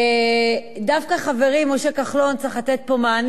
דווקא חברי משה כחלון צריך לתת פה מענה